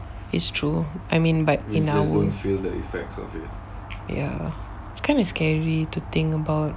it's true I mean back in our world ya it's kind of scary to think about